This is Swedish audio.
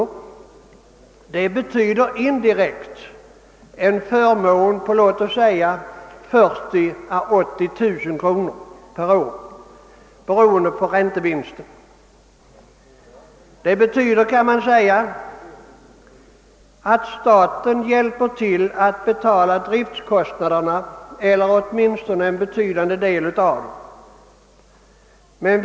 Indirekt betyder det en förmån på låt oss säga 40 000—380 000 kronor per år beroende på räntevinsten. Man kan också säga att staten hjälper till att betala driftkostnaderna eller åtminstone en betydande del av dem.